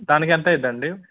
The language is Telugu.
దానికి ఎంత అయిద్దండి